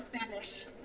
Spanish